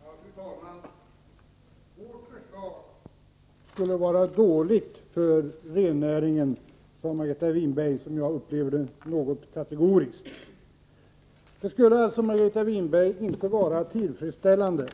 Fru talman! Vårt förslag skulle vara dåligt för rennäringen, sade Margareta Winberg. Det uppfattar jag som något kategoriskt. Det skulle alltså inte vara tillfredsställande